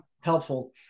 helpful